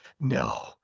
no